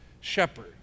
Shepherd